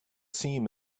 seam